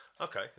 okay